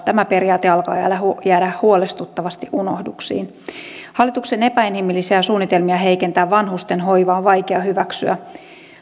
tämä periaate alkaa jäädä jäädä huolestuttavasti unohduksiin hallituksen epäinhimillisiä suunnitelmia heikentää vanhustenhoivaa on vaikea hyväksyä